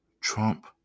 Trump